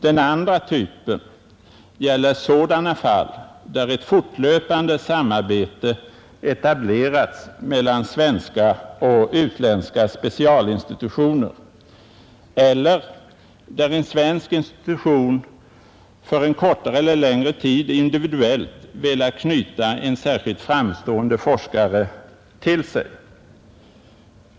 Den andra typen gäller sådana fall då ett fortlöpande samarbete etablerats mellan svenska och utländska specialinstitutioner eller då en svensk institution för en kortare eller längre tid individuellt velat knyta en särskilt framstående forskare till sig.